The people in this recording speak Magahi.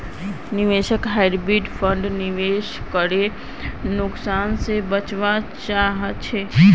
निवेशक हाइब्रिड फण्डत निवेश करे नुकसान से बचवा चाहछे